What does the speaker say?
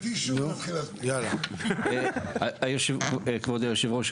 כבוד יושב הראש,